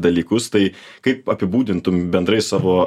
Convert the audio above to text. dalykus tai kaip apibūdintum bendrai savo